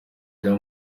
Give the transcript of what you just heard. rya